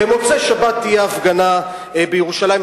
במוצאי-שבת תהיה הפגנה בירושלים,